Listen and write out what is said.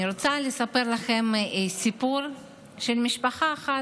אני רוצה לספר לכם סיפור של משפחה אחת,